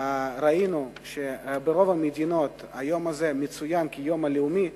אנחנו רואים שברוב המדינות היום הזה מצוין כיום הלאומי.